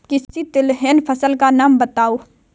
किसी तिलहन फसल का नाम बताओ